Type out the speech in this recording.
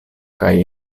kaj